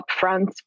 upfront